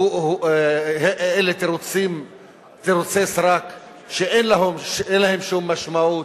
אלה תירוצי סרק שאין להם שום משמעות.